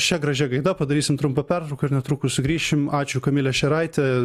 šia gražia gaida padarysim trumpą pertrauką ir netrukus sugrįšime ačiū kamile šeraite